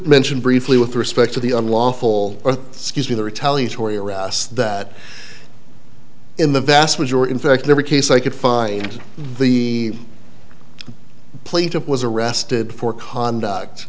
mention briefly with respect to the unlawful scuse me the retaliatory arrests that in the vast majority in fact every case i could find the plaintiff was arrested for conduct